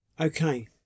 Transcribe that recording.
Okay